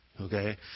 Okay